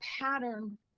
pattern